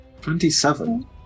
Twenty-seven